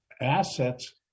assets